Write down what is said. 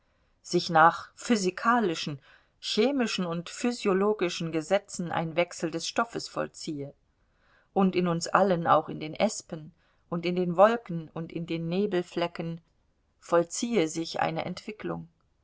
sich nach physikalischen chemischen und physiologischen gesetzen ein wechsel des stoffes vollziehe und in uns allen auch in den espen und in den wolken und in den nebelflecken vollziehe sich eine entwicklung